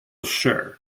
sure